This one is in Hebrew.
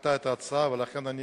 דחתה את ההצעה, ולכן אני